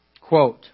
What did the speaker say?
Quote